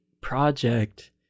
project